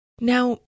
Now